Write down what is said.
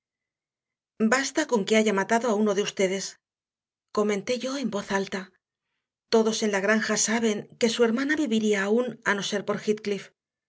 basta con que haya matado a uno de ustedes comenté yo en voz alta todos en la granja saben que su hermana viviría aún a no ser por